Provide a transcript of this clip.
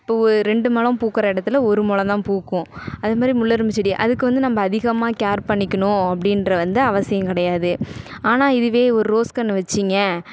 இப்போ ஒ ரெண்டு மொழம் பூக்கிற இடத்துல ஒரு மொழம் தான் பூக்கும் அதுமாதிரி முல்லைரும்பு செடி அதுக்கு வந்து நம்ப அதிகமாக கேர் பண்ணிக்கணும் அப்படின்ற வந்து அவசியம் கிடையாது ஆனால் இதுவே ஒர் ரோஸ் கன்று வச்சீங்க